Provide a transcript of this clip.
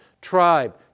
tribe